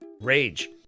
Rage